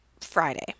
Friday